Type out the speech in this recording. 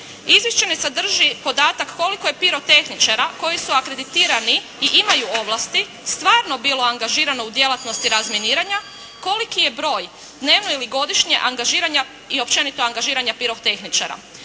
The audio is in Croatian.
Izvješće ne sadrži podatak koliko je pirotehničara koji su akreditirani i imaju ovlasti, stvarno bilo angažirano u djelatnosti razminiranja, koliki je broj dnevno ili godišnje angažiranja i općenito angažiranja pirotehničara.